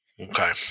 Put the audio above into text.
okay